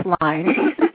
line